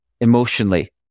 emotionally